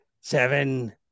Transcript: seven